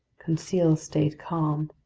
conseil stayed calm.